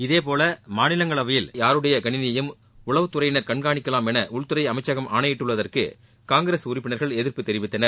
இதேபோல மாநிலங்களவையில் யாருடைய கணினியையும் உளவுத் துறையினர் கண்காணிக்கலாம் என உள்துறை அமைச்சகம் ஆணையிட்டுள்ளதற்கு காங்கிரஸ் உறுப்பினர்கள் எதிர்ப்பு தெரிவித்தனர்